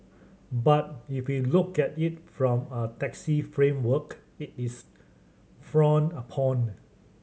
but if we look at it from a taxi framework it is frowned upon